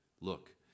look